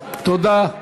תודה.